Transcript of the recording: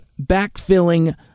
backfilling